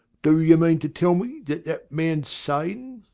do you mean to tell me that that man's sane?